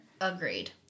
Agreed